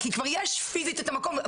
כי כבר יש פיזית את המקום,